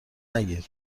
نگیر